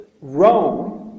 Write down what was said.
Rome